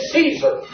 Caesar